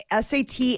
SAT